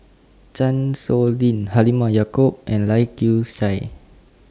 Chan Sow Lin Halimah Yacob and Lai Kew Chai